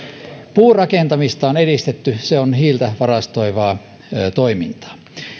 puurakentamista on edistetty se on hiiltä varastoivaa toimintaa